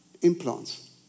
implants